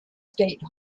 state